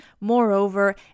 moreover